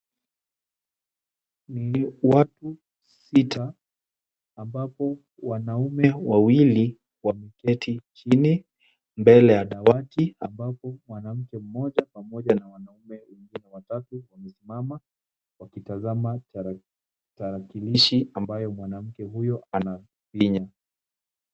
Ni watu sita ambapo wanaume wawili wameketi chini mbele ya dawati ambapo mwanamke mmoja pamoja na wanaume wengine watatu wamesimama wakitazama tarakilishi ambayo mwanamke huyo anafinya.